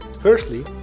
Firstly